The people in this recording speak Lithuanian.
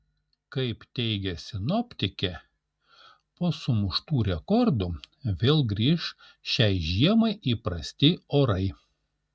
kaip teigia sinoptikė po sumuštų rekordų vėl grįš šiai žiemai įprasti orai